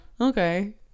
okay